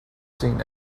seen